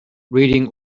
reading